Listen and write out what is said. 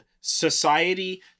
society